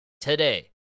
today